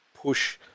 push